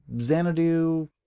Xanadu